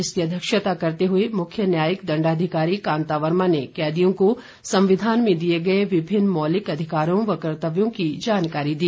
इसकी अध्यक्षता करते हुए मुख्य न्यायिक दण्डाधिकारी कांता वर्मा ने कैदियों को संविधान में दिए गए विभिन्न मौलिक अधिकारों व कर्तव्यों की जानकारी दी